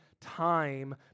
time